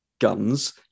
guns